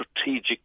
strategic